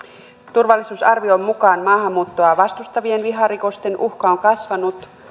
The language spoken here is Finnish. turvallisuusarvion mukaan maahanmuuttoa vastustavien viharikosten uhka on kasvanut